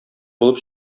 булып